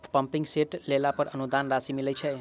Pumping set लेला पर अनुदान राशि मिलय छैय?